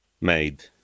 made